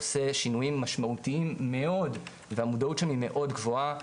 עושה שינויים משמעותיים מאוד והמודעות שם היא מאוד גבוהה,